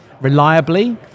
reliably